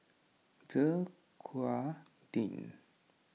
Dequadin